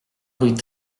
rue